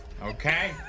Okay